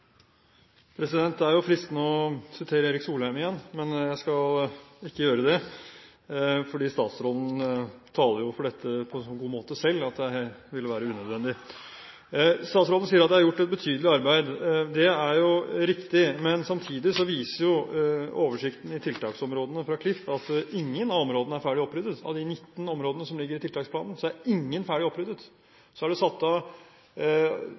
måte selv at det vil være unødvendig. Statsråden sier at det er gjort et betydelig arbeid. Det er jo riktig, men samtidig viser jo oversikten i tiltaksområdene fra KLIF at ingen av områdene er ferdig oppryddet. Av de 19 områdene som ligger i tiltaksplanen, er ingen ferdig oppryddet. Så er det satt av